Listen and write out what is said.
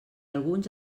alguns